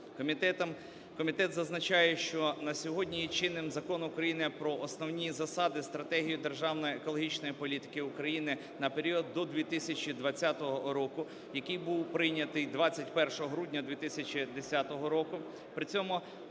Комітет зазначає, що на сьогодні є чинним Закон України про Основні засади (стратегію) державної екологічної політики України на період до 2020 року, який був прийнятий 21 грудня 2010 року.